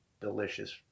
delicious